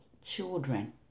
children